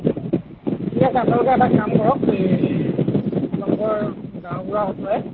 ঠিক আছে আপোনালোকে এটা কাম কৰক এই আপোনালোকৰ গাঁওবুঢ়াৰ হতুৱাই